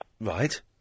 Right